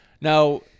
Now